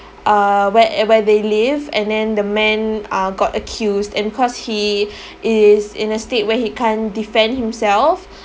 uh where where they live and then the man uh got accused and because he is in a state where he can't defend himself